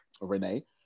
Renee